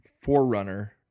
forerunner